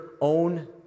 own